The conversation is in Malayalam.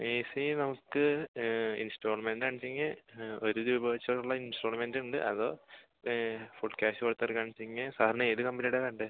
ഏ സി നമുക്ക് ഇൻസ്റ്റാൾമെൻ്റ് അല്ലെങ്കിൽ ഒരു രൂപ വച്ചുള്ള ഇൻസ്റ്റാൾമെൻ്റ് ഉണ്ട് അതോ ഫുൾ ക്യാഷ് കൊടുത്തൊരു സാറിന് ഏതു കമ്പനിയുടെയാണ് വേണ്ടത്